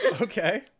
Okay